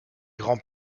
grands